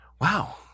wow